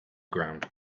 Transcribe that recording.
ground